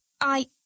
I